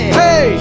hey